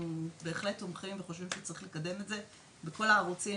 בהחלט תומכים וחושבים שצריך לקדם את זה בכל הערוצים,